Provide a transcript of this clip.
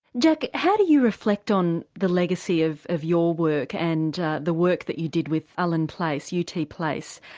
jack, how do you reflect on the legacy of of your work and the work that you did with ullin place, u. t. place?